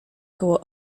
koło